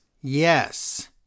Yes